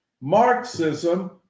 Marxism